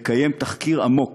לקיים תחקיר עמוק